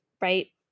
right